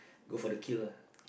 go for the kill lah